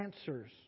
answers